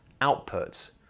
output